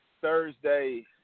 Thursday